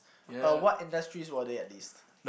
uh what industries were they at least